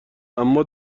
اما